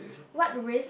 what risk